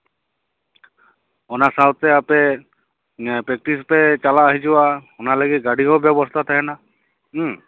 ᱚᱱᱟ ᱥᱟᱶᱛᱮ ᱟᱯᱮ ᱯᱨᱮᱠᱴᱤᱥ ᱯᱮ ᱪᱟᱞᱟᱜᱼᱟ ᱦᱤᱡᱩᱜᱼᱟ ᱚᱱᱟ ᱞᱟᱹᱜᱤᱫ ᱜᱟᱹᱰᱤ ᱦᱚᱸ ᱵᱮᱵᱚᱥᱛᱟ ᱛᱟᱦᱮᱸᱱᱟ ᱦᱩᱸ